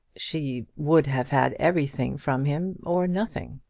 she would have had everything from him, or nothing.